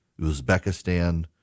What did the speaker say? Uzbekistan